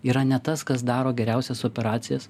yra ne tas kas daro geriausias operacijas